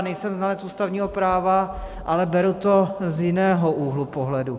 Nejsem znalec ústavního práva, ale beru to z jiného úhlu pohledu.